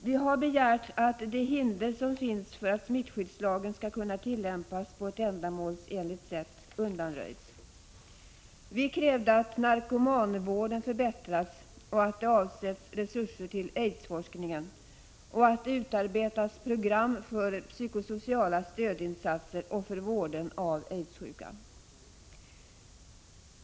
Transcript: Vi har begärt att de hinder som finns för att smittskyddslagen skall kunna tillämpas på ett ändamålsenligt sätt undanröjs. Vi krävde att narkomanvården förbättras, att det avsätts resurser till aidsforskningen och att det utarbetas program för psykosociala stödinsatser samt för vården av aidssjuka.